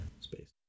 Space